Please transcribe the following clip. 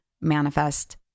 manifest